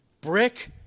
Brick